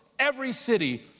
every city,